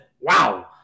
wow